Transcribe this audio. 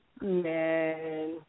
man